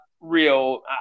real